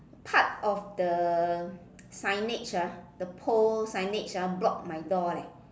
part of the signage ah the pole signage ah block my door leh